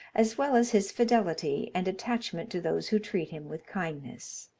as well as his fidelity and attachment to those who treat him with kindness.